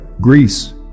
Greece